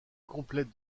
complète